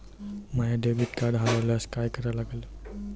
माय debit card हरोल्यास काय करा लागन?